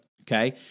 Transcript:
Okay